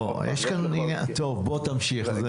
לא, טוב, תמשיך.